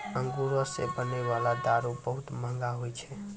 अंगूरो से बनै बाला दारू बहुते मंहगा होय छै